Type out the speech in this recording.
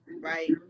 right